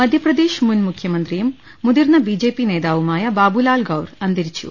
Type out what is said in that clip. Madhya Pradesh മുൻമുഖ്യമന്ത്രിയും മുതിർന്നു B J P നേതാ വുമായ ബാബുലാൽ ഗൌർ അന്തരിച്ചു